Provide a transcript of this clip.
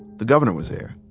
the governor was there,